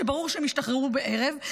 כשברור שהם ישתחררו בערב.